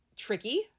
tricky